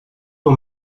for